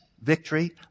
victory